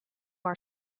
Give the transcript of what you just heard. our